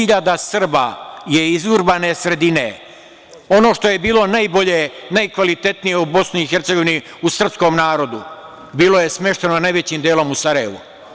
Stopedesethiljada Srba je iz urbane sredine, ono što je bilo najbolje, najkvalitetnije u BiH u srpskom narodu, bilo je smešteno najvećim delom u Sarajevu.